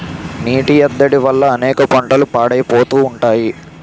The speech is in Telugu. నీటి ఎద్దడి వల్ల అనేక పంటలు పాడైపోతా ఉంటాయి